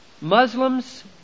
Muslims